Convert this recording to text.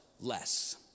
less